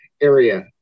area